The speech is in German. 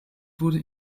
wurde